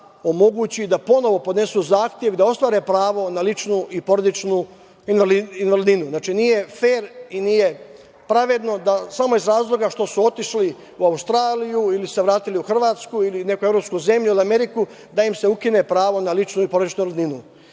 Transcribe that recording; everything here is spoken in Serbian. omogući da ponovo podnesu zahtev i da ostvare pravo na ličnu i porodičnu invalidninu. Znači, nije fer i nije pravedno samo iz razloga što su otišli u Australiju ili su se vratili u Hrvatsku ili neku evropsku zemlju, ili Ameriku, da im se ukine pravo na ličnu i porodičnu invalidninu. Četvrti